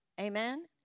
Amen